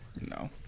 No